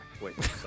Wait